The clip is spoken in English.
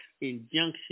injunction